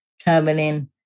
traveling